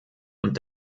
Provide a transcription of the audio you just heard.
und